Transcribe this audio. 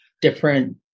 different